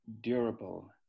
durable